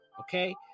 okay